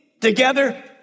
together